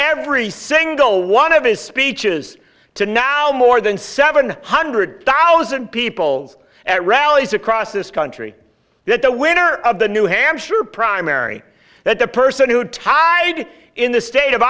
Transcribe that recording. every single one of his speeches to now more than seven hundred thousand people at rallies across this country that the winner of the new hampshire primary that the person who tied in the state of